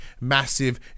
massive